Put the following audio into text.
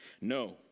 No